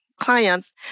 clients